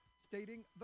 stating